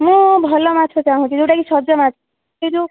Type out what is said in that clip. ମୁଁ ଭଲ ମାଛ ଚାହୁଁଚି ଯେଉଁଟା କି ସଜ ମାଛ ଏଇ ଯେଉଁ